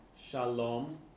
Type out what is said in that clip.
Shalom